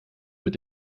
mit